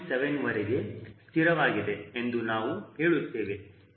7 ವರೆಗೆ ಸ್ಥಿರವಾಗಿದೆ ಎಂದು ನಾವು ಹೇಳುತ್ತೇವೆ